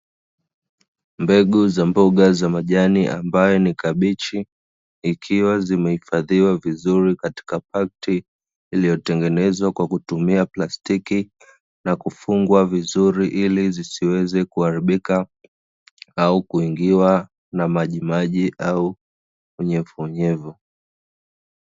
Mbegu za mboga za majani ambayo ni kabichi, zikiwa zimehifadhiwa vizuri katika pakti iliyotengenezwa kwa kutumia plastiki na kufungwa vizuri ili zisiweze kuharibika au kuingiwa na majimaji au unyevunyevu.